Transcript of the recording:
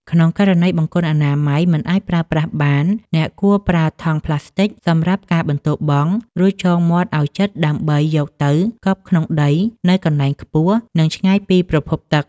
ក្នុងករណីបង្គន់អនាម័យមិនអាចប្រើប្រាស់បាន អ្នកគួរប្រើថង់ប្លាស្ទិកសម្រាប់ការបន្ទោបង់ រួចចងមាត់ឱ្យជិតដើម្បីយកទៅកប់ក្នុងដីនៅកន្លែងខ្ពស់ និងឆ្ងាយពីប្រភពទឹក។